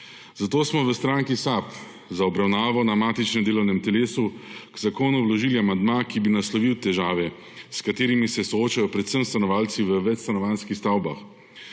Zato smo v stranki SAB za obravnavo na matičnem delovnem telesu k zakonu vložili amandma, ki bi naslovil težave, s katerimi se soočajo predvsem stanovalci v večstanovanjskih stavbah.